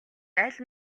аль